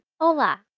Hola